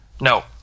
No